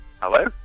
Hello